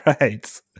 right